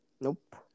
Nope